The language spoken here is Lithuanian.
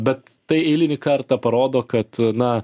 bet tai eilinį kartą parodo kad na